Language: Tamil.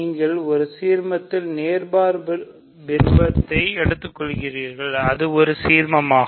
நீங்கள் ஒரு சீர்மத்தின் நேர்மாறு பிம்பத்தை எடுத்துக்கொள்கிறீர்கள் அது ஒரு சீர்மமாகும்